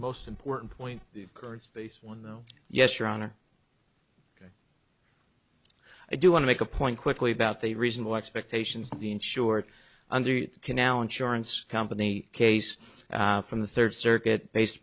most important point the kurds face one though yes your honor i do want to make a point quickly about the reasonable expectations of the insured under the canal insurance company case from the third circuit based